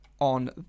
on